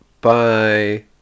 Bye